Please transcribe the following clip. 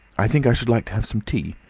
i think i should like to have some tea.